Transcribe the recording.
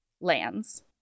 lands